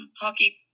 Hockey